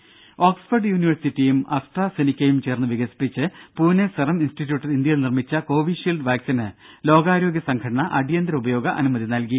രംഭ Oxford യൂനിവേഴ്സിറ്റിയും Astra സെനിക്കയും ചേർന്ന് വികസിപ്പിച്ച് പൂനെ സെറം ഇൻസ്റ്റിറ്റ്യൂട്ട് ഇന്ത്യയിൽ നിർമിച്ച കൊവിഷീൽഡ് വാക്സിന് ലോകാരോഗ്യ സംഘടന അടിയന്തര ഉപയോഗ അനുമതി നൽകി